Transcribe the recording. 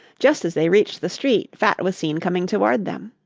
just as they reached the street, fat was seen coming toward them.